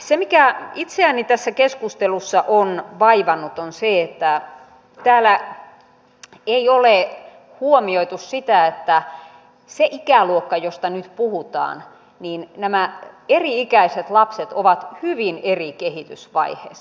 se mikä itseäni tässä keskustelussa on vaivannut on se että täällä ei ole huomioitu sitä että niissä ikäluokissa joista nyt puhutaan nämä eri ikäiset lapset ovat hyvin eri kehitysvaiheissa